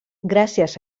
gràcies